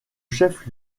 chef